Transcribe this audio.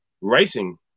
racing